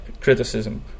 criticism